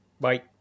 Bye